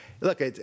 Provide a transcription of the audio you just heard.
Look